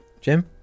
Jim